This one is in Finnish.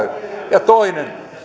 ja toinen